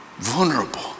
Vulnerable